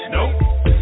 Nope